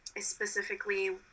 specifically